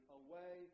away